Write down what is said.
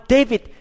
David